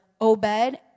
Obed